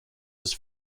was